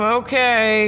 okay